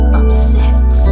upset